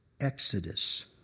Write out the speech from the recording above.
exodus